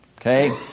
okay